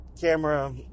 camera